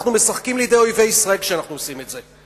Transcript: אנחנו משחקים לידי אויבי ישראל כשאנחנו עושים את זה.